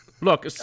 Look